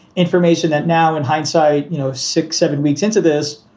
information that now in hindsight, you know, six, seven weeks into this,